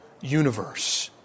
universe